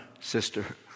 sister